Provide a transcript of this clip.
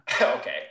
Okay